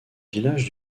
village